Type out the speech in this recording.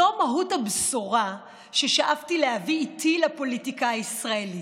זו מהות הבשורה ששאפתי להביא איתי לפוליטיקה הישראלית.